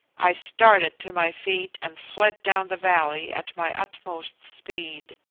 i started to my feet and fled down the valley at my utmost speed.